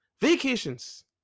Vacations